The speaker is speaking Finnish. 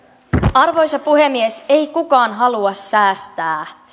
arvoisa puhemies ei kukaan halua säästää